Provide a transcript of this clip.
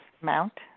mount